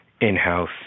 in-house